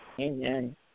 Amen